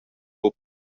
buca